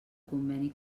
conveni